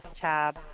tab